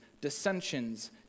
dissensions